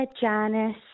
Janice